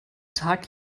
tag